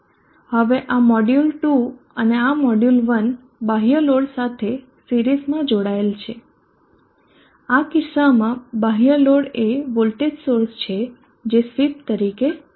હવે આ મોડ્યુલ 2 અને આ મોડ્યુલ 1 બાહ્ય લોડ સાથે સિરીઝમાં જોડાયેલ છે આ કિસ્સામાં બાહ્ય લોડ એ વોલ્ટેજ સોર્સ છે જે સ્વીપ તરીકે કાર્ય કરે છે